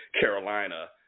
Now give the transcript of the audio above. Carolina